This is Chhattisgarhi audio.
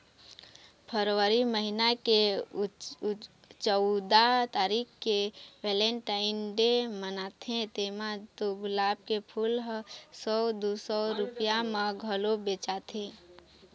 फरवरी महिना के चउदा तारीख के वेलेनटाइन डे मनाथे तेमा तो गुलाब के फूल ह सौ दू सौ रूपिया म घलोक बेचाथे